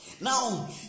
Now